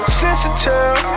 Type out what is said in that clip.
sensitive